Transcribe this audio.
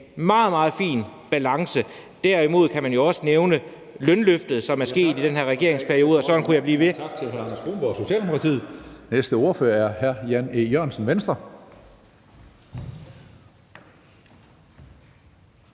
meget, meget fin balance. Derimod kan man jo også nævne lønløftet, som er sket i den her regeringsperiode, og sådan kunne jeg blive ved.